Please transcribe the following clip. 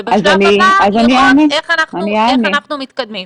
ובשלב הבא, לראות איך אנחנו מתקדמים.